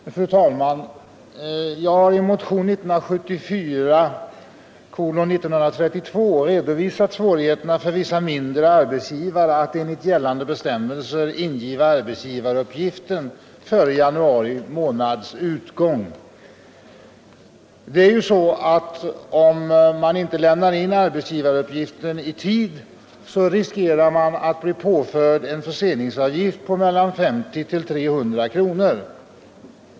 Fru talman! Jag har i motionen 1932 redovisat svårigheterna för vissa mindre arbetsgivare att enligt gällande bestämmelser ingiva arbetsgivaruppgift före januari månads utgång. Om man inte lämnar in arbetsgivaruppgiften i tid, riskerar man att bli påförd en förseningsavgift på 50-300 kronor.